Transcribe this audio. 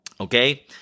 Okay